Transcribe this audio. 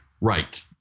Right